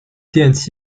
电子